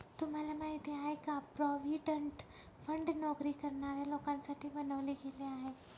तुम्हाला माहिती आहे का? प्रॉव्हिडंट फंड नोकरी करणाऱ्या लोकांसाठी बनवले गेले आहे